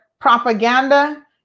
propaganda